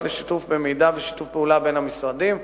לשיתוף במידע ושיתוף פעולה בין המשרדים.